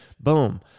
Boom